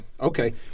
Okay